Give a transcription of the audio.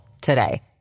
today